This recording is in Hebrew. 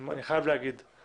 אני חייב להגיד את זה.